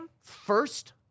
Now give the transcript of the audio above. first